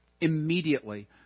Immediately